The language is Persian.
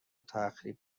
تخریب